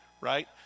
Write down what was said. right